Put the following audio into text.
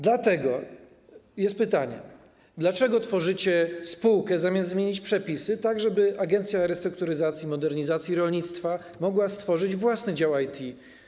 Dlatego stawiam pytanie, dlaczego tworzycie spółkę, zamiast zmienić przepisy tak, żeby Agencja Restrukturyzacji i Modernizacji Rolnictwa mogła stworzyć własny dział IT.